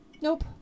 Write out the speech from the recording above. Nope